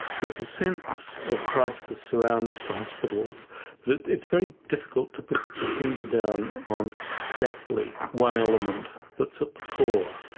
there's a sense of crisis around the hospitals but it's very difficult to put your finger down on exactly one element that's at the core.